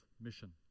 mission